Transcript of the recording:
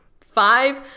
Five